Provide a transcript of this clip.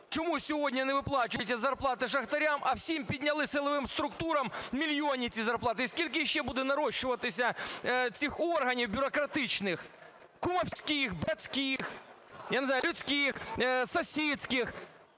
Чому сьогодні не виплачуються зарплати шахтарям, а всім підняли силовим структурам - мільйонні ці зарплати? І скільки ще буде нарощуватися цих органів бюрократичних, кумівських, братських, я не знаю, людських, сусідських?